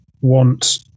want